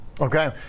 Okay